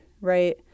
right